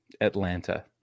atlanta